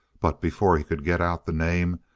but before he could get out the name,